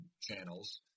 channels